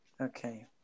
Okay